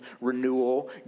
renewal